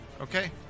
Okay